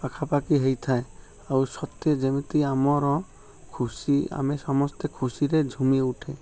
ପାଖାପାଖି ହେଇଥାଏ ଆଉ ସତେ ଯେମିତି ଆମର ଖୁସି ଆମେ ସମସ୍ତେ ଖୁସି ରେ ଝୁମି ଉଠେ